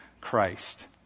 Christ